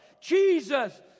Jesus